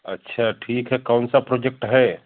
अच्छा ठीक है कौनसा प्रोजेक्ट है